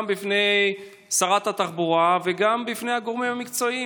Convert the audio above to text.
גם בפני שרת התחבורה וגם בפני הגורמים המקצועיים.